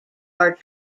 are